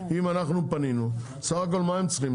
אם אנחנו פנינו, בסך הכל מה הם צריכים?